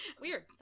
Weird